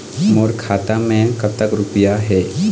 मोर खाता मैं कतक रुपया हे?